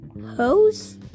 hose